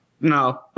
No